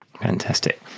Fantastic